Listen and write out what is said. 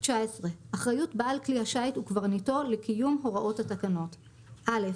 אחריות בעל כלי השיט וקברניטו לקיום הוראות התקנות 19. (א)